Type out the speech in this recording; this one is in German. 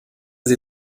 sie